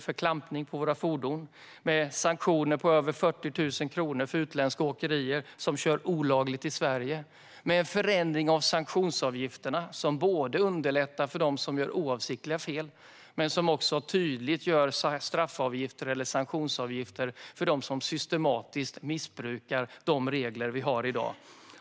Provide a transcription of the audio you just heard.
Vi kommer även att ha sanktioner på över 40 000 kronor för utländska åkerier som kör olagligt i Sverige, och vi gör en förändring av sanktionsavgifterna. De ska dels underlätta för dem som gör oavsiktliga fel, dels tydligt ge straff eller sanktionsavgifter för dem som systematiskt missbrukar de regler vi har i dag.